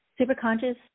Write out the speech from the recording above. Superconscious